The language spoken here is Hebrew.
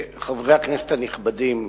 חברי הכנסת הנכבדים,